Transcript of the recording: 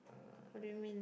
uh